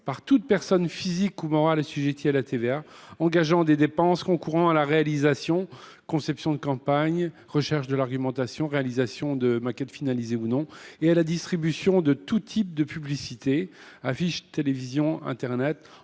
par toute personne physique ou morale assujettie à la TVA engageant des dépenses concourant à la réalisation – conception de la campagne, recherche de l’argumentation, réalisation de maquettes finalisées ou non – et à la distribution de tout type de publicité – affiche, télévision, internet